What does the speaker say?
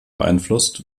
beeinflusst